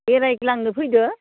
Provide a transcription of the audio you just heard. बेरायग्लांनो फैदो